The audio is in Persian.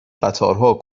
قطارها